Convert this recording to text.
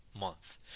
month